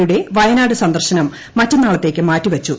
യുടെ വയനാട് സന്ദർശ്നം മറ്റന്നാളത്തേക്ക് മാറ്റിവച്ചു